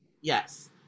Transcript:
Yes